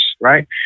right